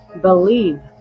believe